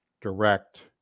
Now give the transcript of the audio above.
direct